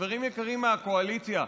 חברים יקרים מהקואליציה,